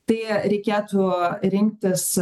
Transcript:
tai reikėtų rinktis